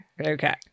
Okay